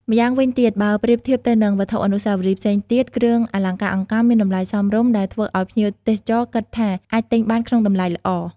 ម្យ៉ាងវិញទៀតបើប្រៀបធៀបទៅនឹងវត្ថុអនុស្សាវរីយ៍ផ្សេងទៀត គ្រឿងអលង្ការអង្កាំមានតម្លៃសមរម្យ ដែលធ្វើឲ្យភ្ញៀវទេសចរគិតថាអាចទិញបានក្នុងតម្លៃល្អ។